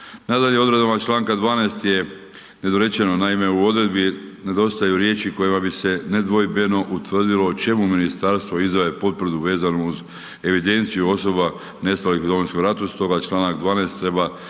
Nadalje, odredbama članka 12. je nedorečeno, naime u odredbi nedostaju riječi kojima bi se nedvojbeno utvrdilo o čemu ministarstvo izdaje potvrdu vezano uz evidenciju osoba nestalih iz Domovinskog rata, osim toga članak 12. treba nadopuniti